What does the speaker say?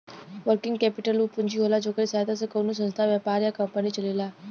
working capital उ पूंजी होला जेकरे सहायता से कउनो संस्था व्यापार या कंपनी चलेला